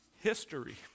history